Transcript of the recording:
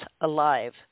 alive